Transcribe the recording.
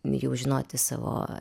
jau žinoti savo